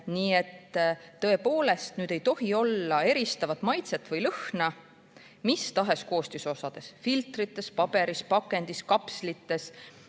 Nii et tõepoolest ei tohi olla eristavat maitset või lõhna mis tahes koostisosades: filtrites, paberis, pakendis, kapslites.